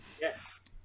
Yes